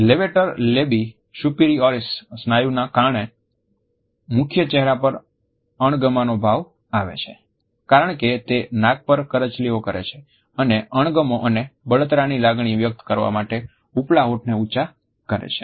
levator labii superioris સ્નાયુ ના કારણે મુખ્ય ચેહેરા પર અણગમાંનો ભાવ આવે છે કારણ કે તે નાક પર કરચલીઓ કરે છે અને અણગમો અને બળતરાની લાગણી વ્યક્ત કરવા માટે ઉપલા હોઠને ઉંચા કરે છે